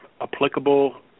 applicable